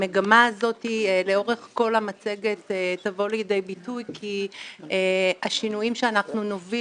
המגמה הזאת לאורך כל המצגת תבוא לידי ביטוי כי השינויים שאנחנו נוביל